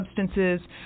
substances